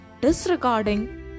disregarding